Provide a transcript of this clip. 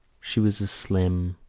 she was a slim,